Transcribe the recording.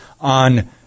on